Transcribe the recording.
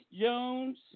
Jones